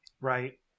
Right